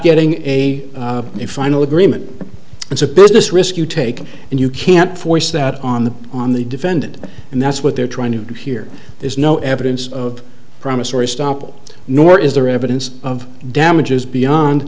getting a a final agreement it's a business risk you take and you can't force that on the on the defendant and that's what they're trying to do here there's no evidence of promissory estoppel nor is there evidence of damages beyond